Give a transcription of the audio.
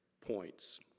points